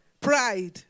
pride